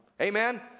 Amen